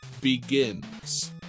begins